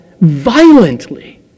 violently